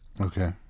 Okay